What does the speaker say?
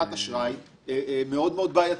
היחס המקל שהוא נותן למשפחת דנקנר במתן ובגביית האשראי,